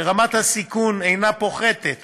שרמת הסיכון לגביהן אינה פוחתת